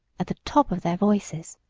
at the top of their voices.